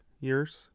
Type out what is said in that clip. years